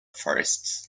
forests